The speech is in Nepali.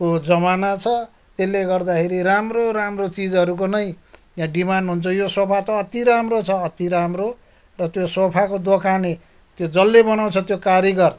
को जमाना छ त्यसले गर्दाखेरि राम्रो राम्रो चिजहरूको नै यहाँ डिमान्ड हुन्छ यो सोफा त अति राम्रो छ अति राम्रो र त्यो सोफाको दोकाने त्यो जसले बनाउँछ त्यो कारिगर